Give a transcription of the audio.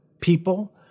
people